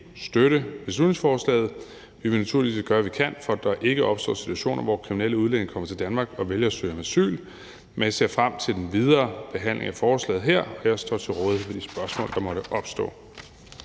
støtte beslutningsforslaget. Vi vil naturligvis gøre, hvad vi kan, for at der ikke opstår situationer, hvor kriminelle udlændinge kommer til Danmark og vælger at søge om asyl. Jeg ser frem til den videre behandling af forslaget her, og jeg står til rådighed i forhold til spørgsmål, der måtte opstå.